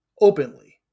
Openly